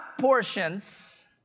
portions